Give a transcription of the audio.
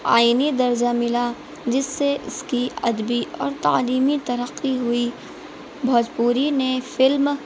آئینی درجہ ملا جس سے اس کی ادبی اور تعلیمی ترقی ہوئی بھوجپوری نے فلم